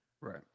Right